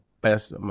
best